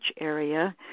area